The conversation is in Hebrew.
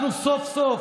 אנחנו סוף-סוף